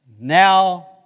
Now